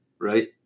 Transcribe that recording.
right